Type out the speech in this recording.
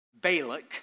Balak